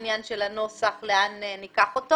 הוא לא בעניין של הנוסח לאן ניקח אותו